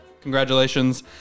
Congratulations